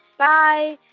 bye